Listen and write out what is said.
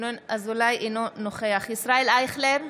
אינו נוכח ישראל אייכלר,